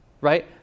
right